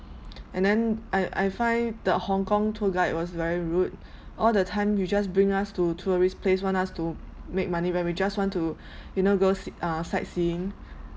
and then I I find the hong kong tour guide was very rude all the time he just bring us to tourist place want us to make money when we just want to you know go se~ uh sightseeing